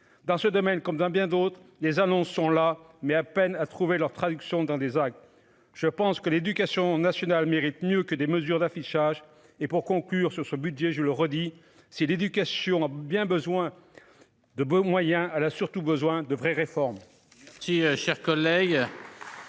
dans ce domaine comme dans bien d'autres, les annonces sont là, mais à peine à trouver leur traduction dans des actes, je pense que l'éducation nationale mérite mieux que des mesures d'affichage et pour conclure sur ce budget je le redis, si l'éducation a bien besoin de moyens à la surtout besoin de vraies réformes